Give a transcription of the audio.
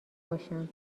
باشم